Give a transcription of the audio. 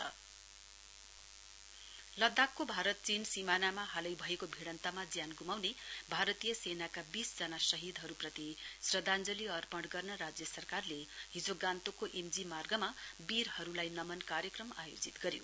Sikkim programme लद्दाखको भारत चीन सीमानामा हालै भएको भीइन्तमा ज्यान गुमाउने भारतीय सेनाका बीस जना शहीदहरुप्रति श्रद्याञ्जली अर्पण गर्न राज्य सरकारले हिजो गान्तोकको एम जी मार्गमा बीरहरुलाई नमन कार्यक्रम आयोजित गर्यो